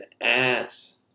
ass